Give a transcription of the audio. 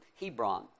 Hebron